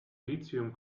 lithium